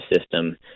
system